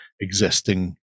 existing